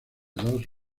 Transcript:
dos